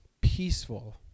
peaceful